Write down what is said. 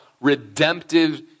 redemptive